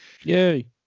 Yay